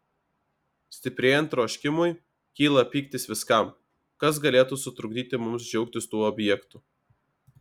stiprėjant troškimui kyla pyktis viskam kas galėtų sutrukdyti mums džiaugtis tuo objektu